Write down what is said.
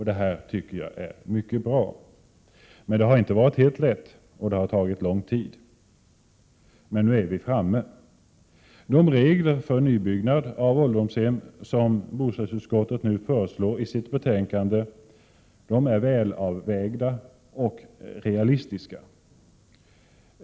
Detta är mycket bra, men det har inte varit lätt och det har tagit lång tid, men nu är vi framme. De regler för nybyggnad av ålderdomshem som bostadsutskottet nu föreslår i sitt betänkande är väl avvägda och realistiska.